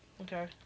Okay